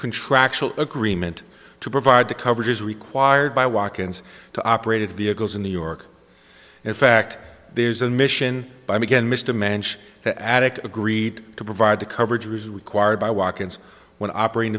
contractual agreement to provide the coverage is required by walk ins to operated vehicles in new york in fact there's a mission by maginnis to manage the addict agreed to provide the coverage or is required by walk ins when operating